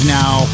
now